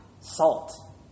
salt